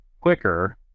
quicker